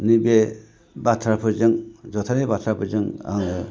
नैबे बाथ्राफोरजों जथाइ बाथ्राफोरजों आङो